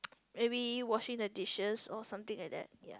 maybe washing the dishes or something like that ya